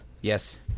Yes